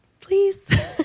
please